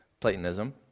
Platonism